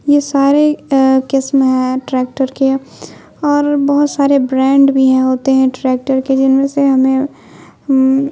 یہ سارے قسم ہیں ٹریکٹر کے اور بہت سارے برانڈ بھی ہوتے ہیں ٹریکٹر کے جن میں سے ہمیں